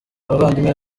abavandimwe